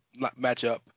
matchup